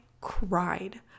cried